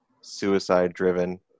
suicide-driven